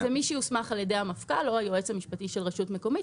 זה מי שיוסמך על ידי המפכ"ל או היועץ המשפטי של רשות מקומית,